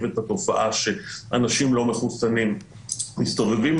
את התופעה שאנשים לא מחוסנים מסתובבים,